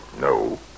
No